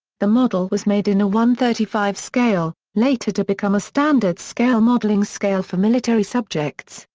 the model was made in a one thirty five scale, later to become a standard scale modelling scale for military subjects,